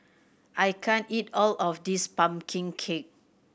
I can't eat all of this pumpkin cake